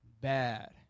bad